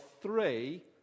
three